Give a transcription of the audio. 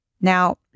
Now